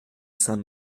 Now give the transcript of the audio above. saint